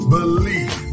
Believe